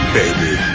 baby